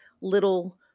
little